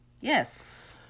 Yes